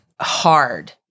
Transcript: hard